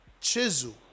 Chisel